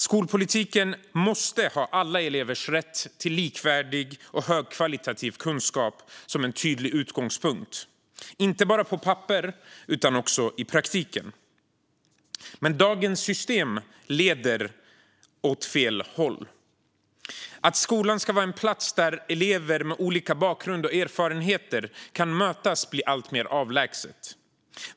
Skolpolitiken måste ha alla elevers rätt till likvärdig och högkvalitativ kunskap som tydlig utgångspunkt, inte bara på papperet utan också i praktiken. Men dagens system leder åt fel håll. Att skolan ska vara en plats där elever med olika bakgrund och erfarenheter kan mötas blir alltmer avlägset.